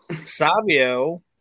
Savio